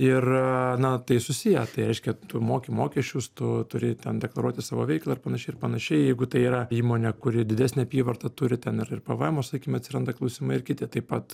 ir na tai susiję tai reiškia tu moki mokesčius tu turi ten deklaruoti savo veiklą ir panašiai ir panašiai jeigu tai yra įmonė kuri didesnę apyvartą turi ten ir pvm sakykim atsiranda klausimai ir kiti taip pat